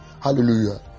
Hallelujah